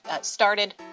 started